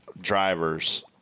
drivers